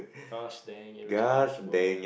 gosh dang irresponsible